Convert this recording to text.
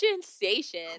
Station